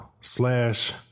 slash